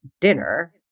dinner